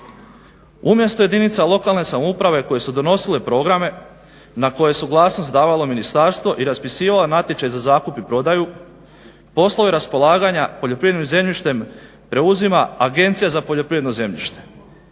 Umjesto jedinica lokalne samouprave koje su donosile programe na koje je suglasnost davalo ministarstvo i raspisivale natječaj za zakup i prodaju poslove raspolaganja poljoprivrednim zemljištem preuzima Agencija za poljoprivredno zemljište.